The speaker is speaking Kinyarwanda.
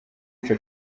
ico